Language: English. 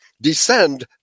descend